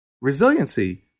Resiliency